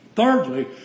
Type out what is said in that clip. Thirdly